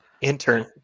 intern